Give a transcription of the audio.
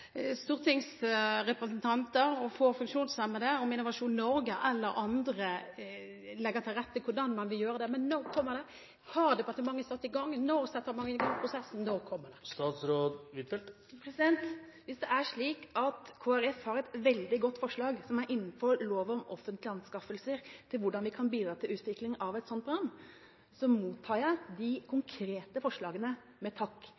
stortingsrepresentanter og funksjonshemmede om Innovasjon Norge eller andre legger til rette, og hvordan man vil gjøre det. Men når kommer det? Har departementet satt i gang? Når setter man i gang prosessen? Når kommer det? Hvis det er slik at Kristelig Folkeparti har veldig gode forslag til hvordan vi kan bidra til utvikling av et slikt program, som er innenfor lov om offentlige anskaffelser, mottar jeg de konkrete forslagene med takk.